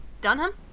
Dunham